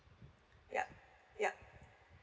yup yup